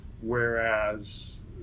whereas